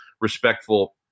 respectful